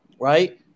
right